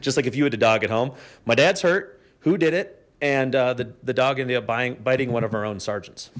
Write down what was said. just like if you had two dog at home my dad's hurt who did it and the the dog in there buying biting one of her own sergeants